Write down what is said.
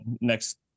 next –